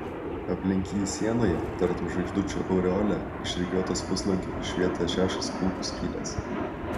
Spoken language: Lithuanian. aplink jį sienoje tartum žvaigždučių aureolė išrikiuotos puslankiu švietė šešios kulkų skylės